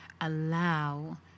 allow